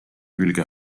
külge